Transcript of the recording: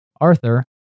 Arthur